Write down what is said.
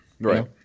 Right